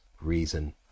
reason